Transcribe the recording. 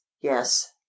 yes